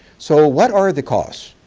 so what are the costs